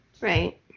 Right